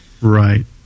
Right